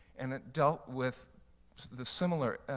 and it dealt with the similar,